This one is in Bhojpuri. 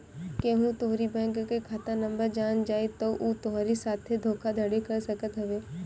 केहू तोहरी बैंक के खाता नंबर जान जाई तअ उ तोहरी साथे धोखाधड़ी कर सकत हवे